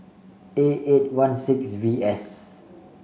A eight one six V S